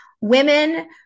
Women